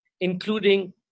including